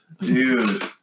Dude